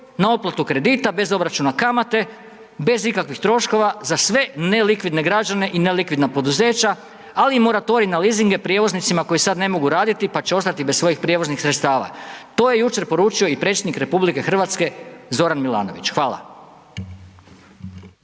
na otplatu kredita bez obračuna kamate, bez ikakvih troškova za sve nelikvidne građane i nelikvidna poduzeća, ali i moratorij na leasinge prijevoznicima koji sad ne mogu raditi pa će ostati bez svojih prijevoznih sredstava. To je jučer poručio i Predsjednik RH Zoran Milanović. Hvala.